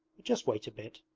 but just wait a bit